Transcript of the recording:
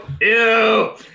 Ew